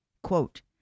Quote